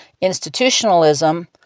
institutionalism